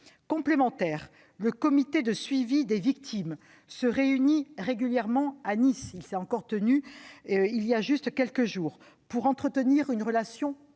Complémentaire, le Comité de suivi des victimes se réunit régulièrement à Nice- il l'a encore fait voilà quelques jours -pour entretenir une relation